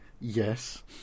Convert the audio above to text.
Yes